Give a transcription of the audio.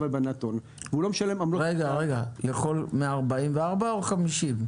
צו הלבנת הון -- רגע, הוא יכול 144 או 50?